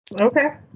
Okay